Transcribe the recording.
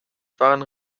waren